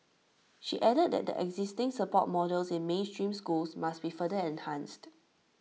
she added that the existing support models in mainstream schools must be further enhanced